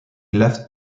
left